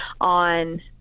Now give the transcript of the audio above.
on